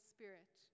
Spirit